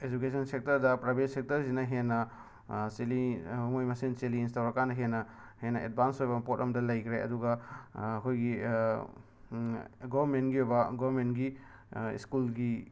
education ꯁꯦꯛꯇꯔꯗ private ꯁꯦꯛꯇꯔꯁꯤꯅ ꯍꯦꯟꯅ ꯆꯦꯂꯤ ꯃꯣꯏ ꯃꯁꯦꯜ ꯆꯦꯂꯦꯟꯁ ꯇꯧꯔꯀꯥꯟꯗ ꯍꯦꯟꯅ ꯍꯦꯟꯅ ꯑꯦꯠꯕꯥꯟꯁ ꯑꯣꯏꯕ ꯄꯣꯠ ꯑꯃꯗ ꯂꯩꯈ꯭ꯔꯦ ꯑꯗꯨꯒ ꯑꯩꯈꯣꯏꯒꯤ ꯒꯣꯔꯃꯦꯟꯒꯤ ꯑꯣꯏꯕ ꯒꯣꯔꯃꯦꯟꯒꯤ ꯁ꯭ꯀꯨꯜꯒꯤ